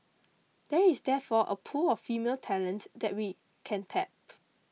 there is therefore a pool of female talent that we can tap